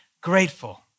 grateful